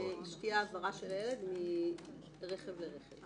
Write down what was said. ושתהיה העברה של הילד מרכב לרכב.